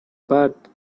but